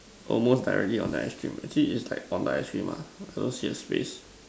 almost directly on the ice cream actually it's like on the ice cream lah supposed to be a space